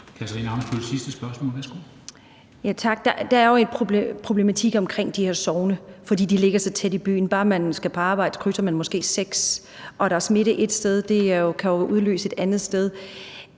Katarina Ammitzbøll (KF): Tak. Der er jo en problematik med hensyn til de her sogne, fordi de ligger så tæt i byen. Bare man skal på arbejde, krydser man måske seks sogne, og når der er smitte et sted, kan det jo udløse smitte et andet sted.